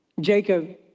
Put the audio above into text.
Jacob